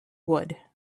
wood